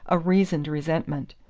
a reasoned resentment.